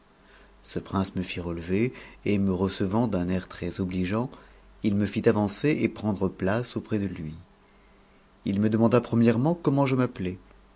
ce prince me fit relever et me recevant d'un air très obtigeant il me fit avancer et prendre place auprès de lui il me demanda premièrement comment je m'appelais